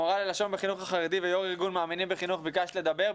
מורה ללשון בחינוך החרדי ויו"ר ארגון 'מאמינים בחינוך' ביקשת לדבר.